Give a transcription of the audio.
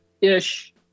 ish